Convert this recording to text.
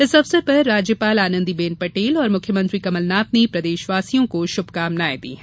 इस अवसर पर राज्यपाल आनंदीबेन पटेल और मुख्यमंत्री कमलनाथ ने प्रदेशवासियों को शुभकामनायें दी है